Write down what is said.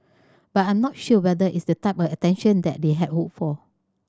but I'm not sure whether it's the type of attention that they had hoped for